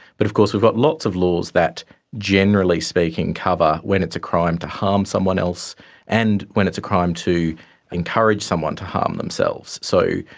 but of course we've got lots of laws that generally speaking cover when it's a crime to harm someone else and when it's crime to encourage someone to harm themselves. so,